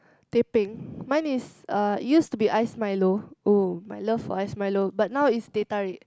teh peng mine is uh it used to be ice milo oh my love for ice milo but now is teh tarik